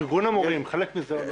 ארגון המורים, חלק מזה.